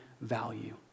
value